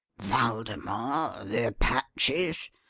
waldemar? the apaches?